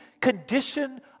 condition